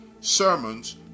sermons